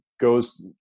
goes